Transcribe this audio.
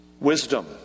wisdom